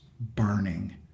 burning